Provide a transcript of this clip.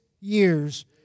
years